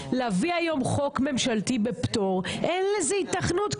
להביא היום חוק ממשלתי בפטור אין לזה היתכנות,